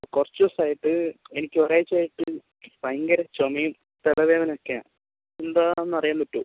കുറച്ചു ദിവസമായിട്ട് എനിക്ക് ഒരാഴ്ച്ചയായിട്ട് ഭയങ്കര ചുമയും തലവേദന ഒക്കെയാണ് എന്താണെന്ന് അറിയാൻ പറ്റുമോ